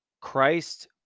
christ